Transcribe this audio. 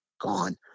gone